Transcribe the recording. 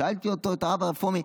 שאלתי את הרב הרפורמי,